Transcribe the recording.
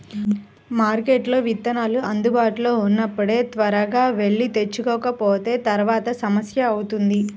మార్కెట్లో విత్తనాలు అందుబాటులో ఉన్నప్పుడే త్వరగా వెళ్లి తెచ్చుకోకపోతే తర్వాత సమస్య అవుతుంది